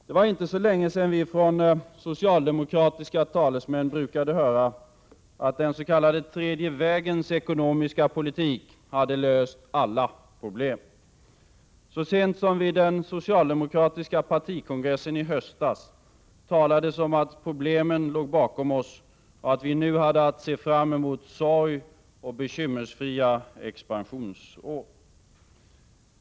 Det var inte så länge sedan vi från socialdemokratiska talesmän brukade höra att den s.k. tredje vägens ekonomiska politik hade löst alla problem. Så sent som vid den socialdemokratiska partikongressen i höstas talades det om att problemen låg bakom oss och att vi nu hade att se fram mot sorgoch bekymmersfria expansionsår.